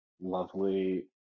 lovely